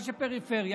מה שפריפריה,